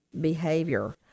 behavior